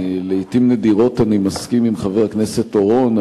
לעתים נדירות אני מסכים עם חבר הכנסת אורון,